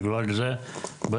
אני